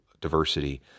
diversity